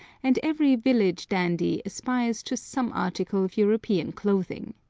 and every village dandy aspires to some article of european clothing.